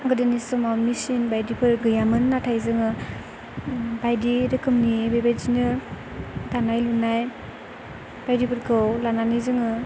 गोदोनि समाव मेसिन बायदिफोर गैयामोन नाथाय जोङो बायदि रोखोमनि बेबायदिनो दानाय लुनाय बायदिफोरखौ लानानै जोङो